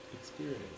experience